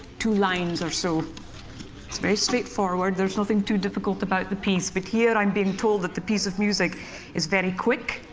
two lines or so it's very straightforward there's nothing too difficult about the piece. but here, i'm being told that the piece of music is very quick.